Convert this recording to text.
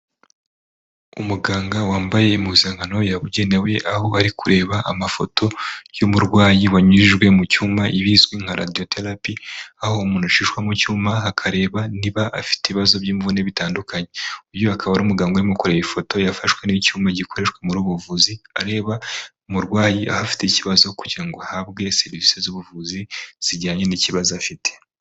Umuganga wambaye impuzankano yabugenewe, aho ari kureba amafoto y'umurwayi wanyujijwe mu cyuma, ibizwi nka radiyo terapi, aho umuntu acishwa mu cyuma hakareba niba afite ibibazo by'imvune bitandukanye. Uyu akaba ari umuganga urimo kureba ifoto yafashwe n'icyuma gikoreshwa muri ubu buvuzi, areba umurwayi aho afite ikibazo kugira ngo ahabwe serivisi z'ubuvuzi zijyanye n'ikibazo afite.